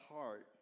heart